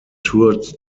toured